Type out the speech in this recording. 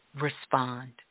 respond